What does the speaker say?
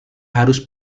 harus